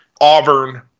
Auburn